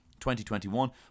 2021